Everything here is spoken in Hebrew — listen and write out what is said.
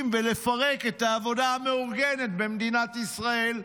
ולפרק את העבודה המאורגנת במדינת ישראל.